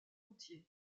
entier